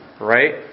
right